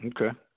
Okay